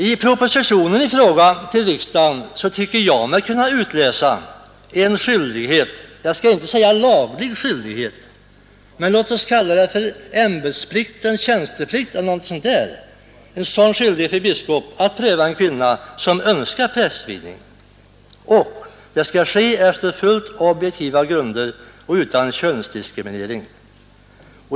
Av propositionen till riksdagen tycker jag mig kunna utläsa en skyldighet — kanske inte laglig skyldighet men ämbetseller tjänsteplikt — för biskop att pröva en kvinna som önskar prästvigning. Denna prövning skall ske efter objektiva grunder och utan könsdiskriminering.